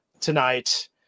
tonight